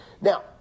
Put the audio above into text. Now